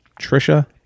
Trisha